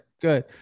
good